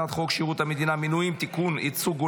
אני קובע כי הצעת חוק שירות המדינה (מינויים) (תיקון מס' 21)